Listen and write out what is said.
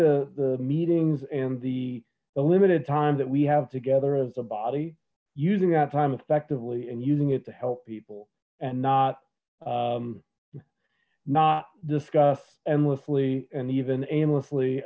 the meetings and the limited time that we have together as a body using that time effectively and using it to help people and not not discuss endlessly and even aimlessly